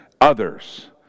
others